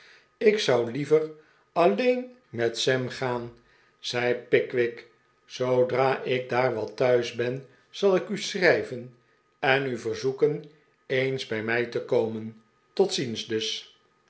ik zou liever alleen met sam gaan zei pickwick zoodra ik daar wat thuis ben zal ik u schrijven en u verzoeken eens bij mij te komen tot ziens dus